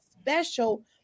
special